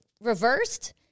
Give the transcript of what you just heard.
reversed